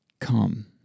come